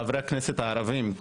בקריאה לחברי הכנסת הערבים,